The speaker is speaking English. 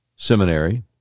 seminary